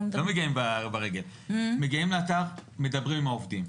מגיעים לאתר, מדברים עם העובדים.